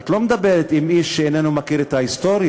את לא מדברת עם איש שאיננו מכיר את ההיסטוריה.